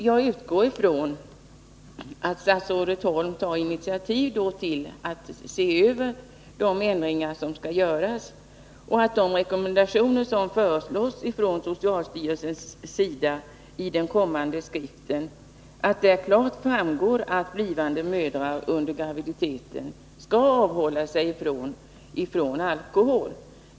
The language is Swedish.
Jag utgår från att statsrådet Holm tar initiativ till att man ser över de ändringar som skall göras och att det av de rekommendationer som föreslås från socialstyrelsens sida i den kommande skriften klart framgår att blivande mödrar under graviditeten skall avhålla sig från alkohol.